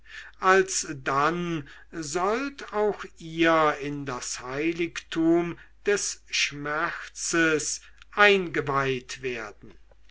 alsdann sollt auch ihr in das heiligtum des schmerzes eingeweiht werden